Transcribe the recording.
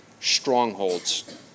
strongholds